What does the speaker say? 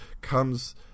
comes